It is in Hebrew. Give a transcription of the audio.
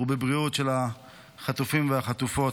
ובבריאות של החטופים והחטופות.